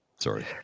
Sorry